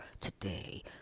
today